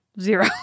zero